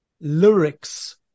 Lyrics